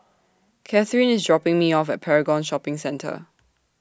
Kathryne IS dropping Me off At Paragon Shopping Centre